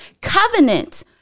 Covenant